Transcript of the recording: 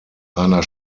einer